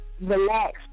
relaxed